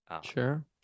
Sure